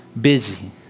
busy